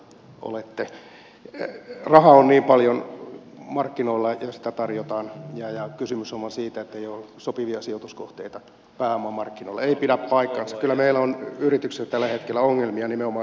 rahaa on niin paljon markkinoilla ja sitä tarjotaan ja kysymys on vain siitä että ei ole sopivia sijoituskohteita pääomamarkkinoilla ei pidä paikkaansa kyllä meillä on yrityksillä tällä hetkellä ongelmia nimenomaan rahoituksen suhteen